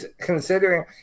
considering